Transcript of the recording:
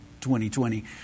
2020